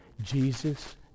Jesus